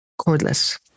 cordless